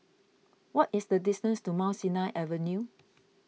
what is the distance to Mount Sinai Avenue